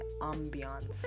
ambiance